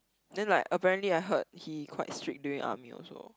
then like apparently I heard he quite strict during army also